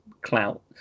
clout